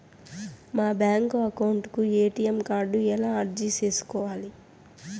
మా bank account కు ATM card ఎలా అర్జీ సేసుకోవాలి?